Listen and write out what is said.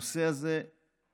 הנושא הזה נעשה,